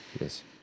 yes